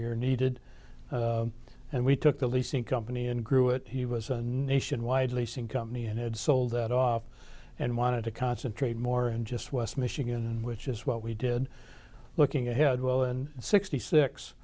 you're needed and we took the leasing company and grew it he was a nationwide leasing company and had sold that off and wanted to concentrate more in just west michigan which is what we did looking ahead well and sixty